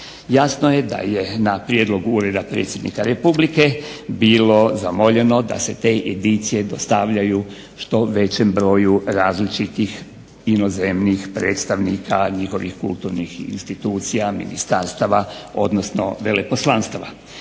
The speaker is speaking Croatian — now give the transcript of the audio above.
Jasno da je na prijedlog Ureda predsjednika Republike bilo zamoljeno da se te edicije dostavljaju u što većem broju različitih inozemnih predstavnika, njihovih kulturnih institucija, ministarstava odnosno veleposlanstava.